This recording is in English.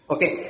Okay